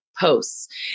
posts